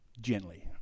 gently